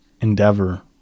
endeavor